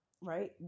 right